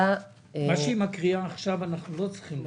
מה שהיא מקריאה עכשיו אנחנו לא צריכים לאשר.